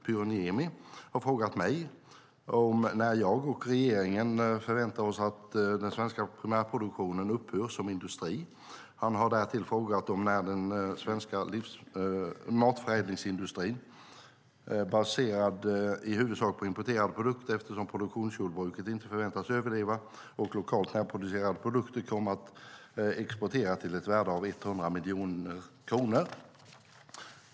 Pyry Niemi har frågat mig om när jag och regeringen förväntar oss att det svenska produktionsjordbruket upphör som industri. Han har därtill frågat om när den svenska matförädlingsindustrin, baserad i huvudsak på importerade produkter - eftersom produktionsjordbruken inte förväntas överleva - och lokalt producerade eller närproducerade produkter kommer att exporteras till ett värde av 100 miljarder kronor.